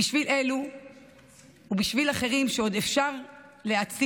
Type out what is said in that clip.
בשביל אלו ובשביל אחרים, שעוד אפשר להציל,